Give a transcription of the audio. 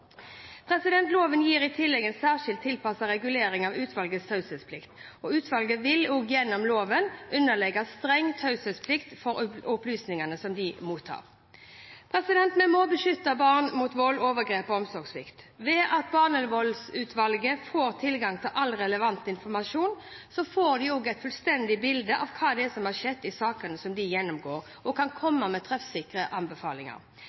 Loven gir i tillegg en særskilt tilpasset regulering av utvalgets taushetsplikt. Utvalget vil også gjennom loven underlegges streng taushetsplikt for opplysningene de mottar. Vi må beskytte barn mot vold, overgrep og omsorgssvikt. Ved at Barnevoldsutvalget får tilgang til all relevant informasjon, får de et fullstendig bilde av hva som har skjedd i sakene de gjennomgår, og kan komme med treffsikre anbefalinger.